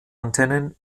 antennen